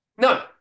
No